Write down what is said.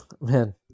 man